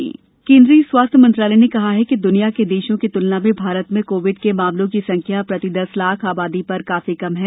corona देश केन्द्रीय स्वास्थ्य मंत्रालय ने कहा है कि दुनिया के देशों की तुलना में भारत में कोविड के मामलों की संख्या प्रति दस लाख आबादी पर काफी कम है